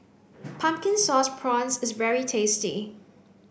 pumpkin sauce prawns is very tasty